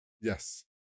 Yes